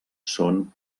són